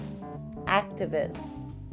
activist